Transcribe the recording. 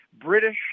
British